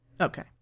okay